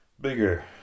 bigger